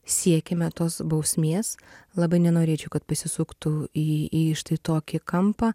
siekiame tos bausmės labai nenorėčiau kad pasisuktų į į štai tokį kampą